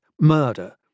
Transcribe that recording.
Murder